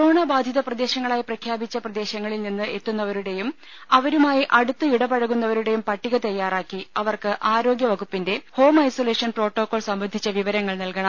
corona ബാധിത പ്രദേശങ്ങളായി പ്രഖ്യാപിച്ച പ്രദേശങ്ങളിൽ നിന്ന് എത്തു ന്നവരുടെയും അവരുമായി അടുത്ത് ഇടപഴകുന്നവരുടേയും പട്ടിക്ക തയാറാക്കി അവർക്ക് ആരോഗൃ വകുപ്പിന്റെ ഹോം ഐസൊലേഷൻ പ്രോട്ടോകോൾ സംബന്ധിച്ച വിവരങ്ങൾ നൽകണം